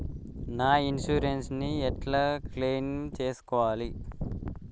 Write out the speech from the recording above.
నా ఇన్సూరెన్స్ ని ఎట్ల క్లెయిమ్ చేస్కోవాలి?